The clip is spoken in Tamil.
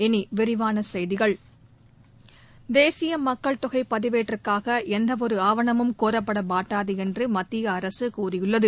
இனி விரிவான செய்திகள் தேசிய மக்கள் தொகை பதிவேட்டிற்காக எந்தவொரு ஆவணமும் கோரப்பட மாட்டாது என்று மத்திய அரசு கூறியுள்ளது